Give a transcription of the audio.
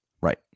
Right